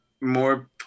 more